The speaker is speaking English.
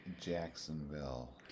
Jacksonville